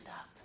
up